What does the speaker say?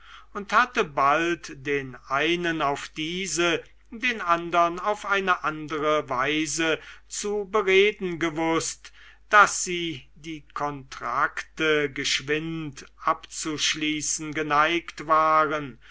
und hatte bald den einen auf diese den andern auf eine andere weise zu bereden gewußt daß sie die kontrakte geschwind abzuschließen geneigt waren